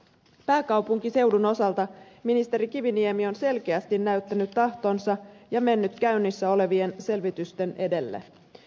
pääkaupunkiseudun osalta ministeri kiviniemi on selkeästi näyttänyt tahtonsa ja mennyt käynnissä olevien selvitysten edelle